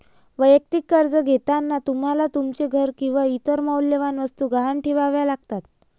वैयक्तिक कर्ज घेताना तुम्हाला तुमचे घर किंवा इतर मौल्यवान वस्तू गहाण ठेवाव्या लागतात